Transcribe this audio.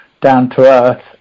down-to-earth